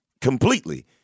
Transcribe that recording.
completely